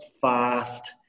fast